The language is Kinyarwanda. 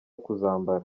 kuzambara